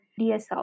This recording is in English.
DSL